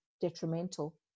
detrimental